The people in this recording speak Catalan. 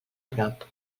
prop